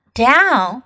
down